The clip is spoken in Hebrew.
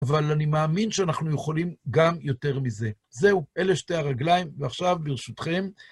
אבל אני מאמין שאנחנו יכולים גם יותר מזה. זהו, אלה שתי הרגליים, ועכשיו ברשותכם.